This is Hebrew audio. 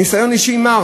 ניסיון אישי מר.